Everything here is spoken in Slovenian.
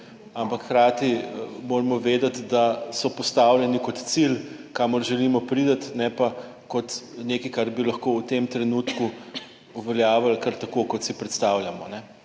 ampak hkrati moramo vedeti, da so postavljeni kot cilj, kamor želimo priti, ne pa kot nekaj, kar bi lahko v tem trenutku uveljavili kar tako kot si predstavljamo,